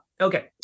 Okay